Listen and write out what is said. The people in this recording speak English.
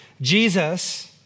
Jesus